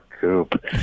Coop